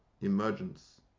emergence